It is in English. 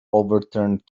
overturned